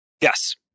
Yes